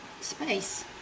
space